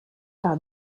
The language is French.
par